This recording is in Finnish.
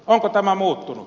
onko tämä muuttunut